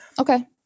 Okay